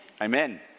Amen